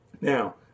now